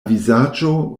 vizaĝo